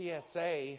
TSA